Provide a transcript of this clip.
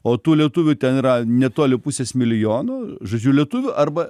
o tų lietuvių ten yra netoli pusės milijono žodžiu lietuvių arba